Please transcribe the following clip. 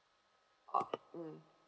orh mm